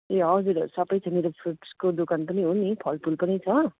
ए हजुर हजुर सबै छ मेरो फ्रुट्सको दोकान पनि हो नि फलफुल पनि छ